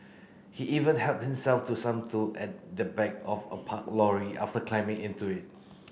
he even helped himself to some tool at the back of a parked lorry after climbing into it